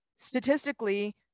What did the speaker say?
statistically